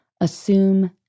Assume